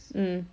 mm